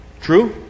True